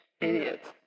idiots